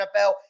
NFL